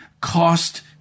cost